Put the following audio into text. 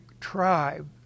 tribe